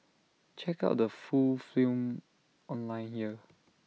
check out the full film online here